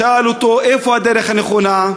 שאל אותו: איפה הדרך הנכונה?